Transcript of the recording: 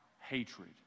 hatred